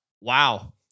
Wow